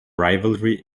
rivalry